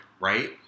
right